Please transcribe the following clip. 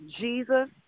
Jesus